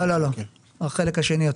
לא לא, החלק השני יותר.